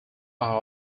are